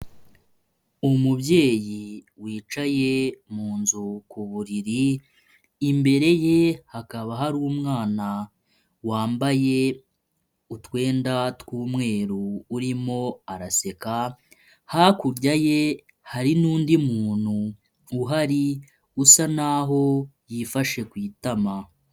Umubyeyi wicaye mu nzu ku buriri imbere ye hakaba hari umwana wambaye utwenda tw'umweru urimo araseka hakurya ye hari n'undi muntu uhari usa n'aho yifashe ku itama.